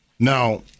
Now